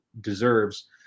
deserves